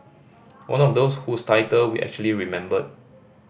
one of those whose title we actually remembered